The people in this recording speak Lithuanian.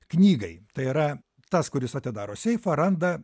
knygai tai yra tas kuris atidaro seifą randa